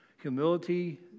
humility